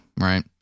right